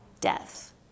death